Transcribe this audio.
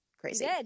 crazy